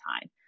time